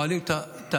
נועלים את הדלתות,